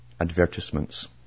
advertisements